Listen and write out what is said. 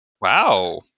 wow